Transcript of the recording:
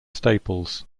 staples